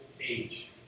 age